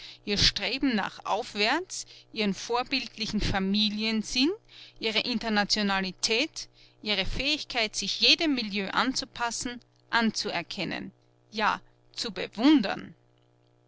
ihr streben nach aufwärts ihren vorbildlichen familiensinn ihre internationalität ihre fähigkeit sich jedem milieu anzupassen anzuerkennen ja zu bewundern